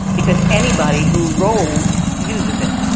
because anybody who rolls uses it and